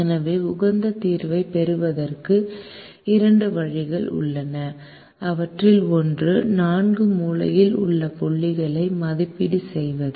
எனவே உகந்த தீர்வைப் பெறுவதற்கு இரண்டு வழிகள் உள்ளன அவற்றில் ஒன்று 4 மூலையில் உள்ள புள்ளிகளை மதிப்பீடு செய்வது